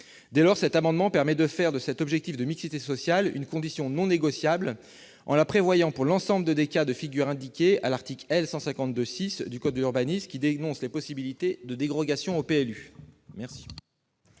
de cet amendement permettrait de faire de cet « objectif de mixité sociale » une condition non négociable, en la prévoyant pour l'ensemble des cas de figure indiqués à l'article L. 152-6 du code de l'urbanisme, qui énonce les possibilités de dérogations au PLU. Quel